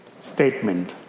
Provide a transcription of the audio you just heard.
statement